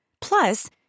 Plus